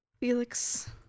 Felix